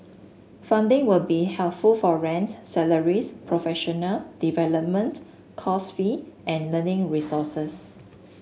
funding will be helpful for rent salaries professional development course fee and learning resources